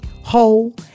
whole